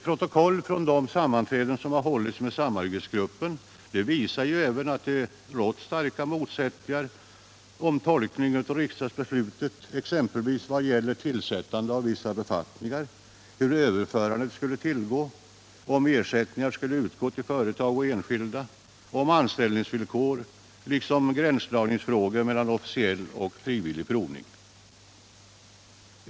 Protokoll från de sammanträden som hållits med samarbetsgruppen visar också att det råder starka motsättningar om tolkningen av riksdagsbeslutet t.ex. när det gäller tillsättandet av vissa befattningar, hur överförandet skulle tillgå, om ersättningar skulle utgå till företag och enskilda, om anställningsvillkor samt beträffande frågor om gränsdragning mellan officiell och frivillig provning.